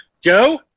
Joe